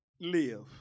live